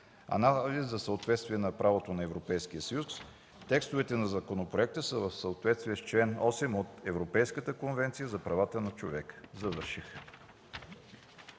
Анализ за съответствие с правото на Европейския съюз. Текстовете на законопроекта са в съответствие с чл. 8 от Европейската конвенция за правата на човека”. Завърших.